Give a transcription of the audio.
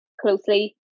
closely